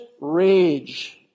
rage